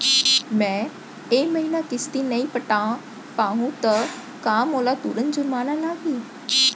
मैं ए महीना किस्ती नई पटा पाहू त का मोला तुरंत जुर्माना लागही?